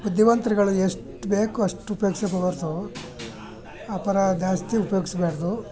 ಬುದ್ಧಿವಂತರುಗಳು ಎಷ್ಟು ಬೇಕೋ ಅಷ್ಟು ಉಪಯೋಗಿಸ್ಬೋದು ಆ ಥರ ಜಾಸ್ತಿ ಉಪಯೋಗಿಸ್ಬಾರ್ದು